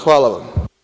Hvala vam.